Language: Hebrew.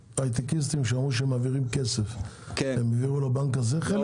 ההייטקיסטים שאמרו שמעבירים כסף הם העבירו חלק לבנק הזה?